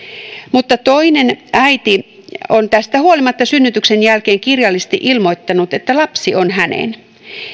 mutta toinen äiti on tästä huolimatta synnytyksen jälkeen kirjallisesti ilmoittanut että lapsi on hänen